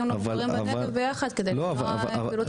בנגב ביחד כדי למנוע פעילות חבלנית.